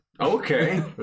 Okay